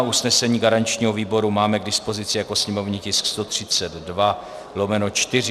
Usnesení garančního výboru máme k dispozici jako sněmovní tisk 132/4.